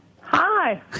Hi